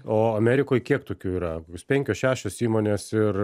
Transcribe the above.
o amerikoj kiek tokių yra kokios penkios šešios įmonės ir